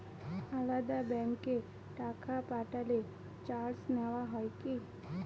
আলাদা ব্যাংকে টাকা পাঠালে চার্জ নেওয়া হয় কি?